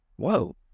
Whoa